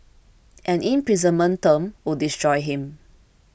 an imprisonment term would destroy him